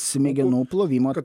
smegenų plovimo